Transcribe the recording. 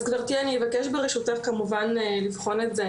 אז גבירתי אני אבקש ברשותך כמובן לבחון את זה,